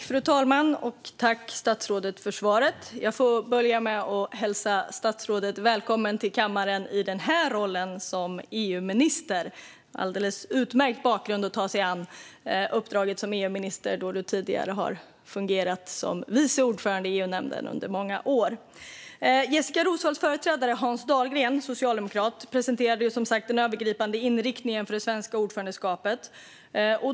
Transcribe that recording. Fru talman! Jag tackar statsrådet för svaret och hälsar henne välkommen till kammaren i rollen som EU-minister, ett uppdrag som hon har en alldeles utmärkt bakgrund för att ta sig an, då hon tidigare under många år fungerat som vice ordförande i EU-nämnden. Jessika Roswalls företrädare på denna post, socialdemokraten Hans Dahlgren, presenterade som sagt den övergripande inriktningen för det svenska ordförandeskapet.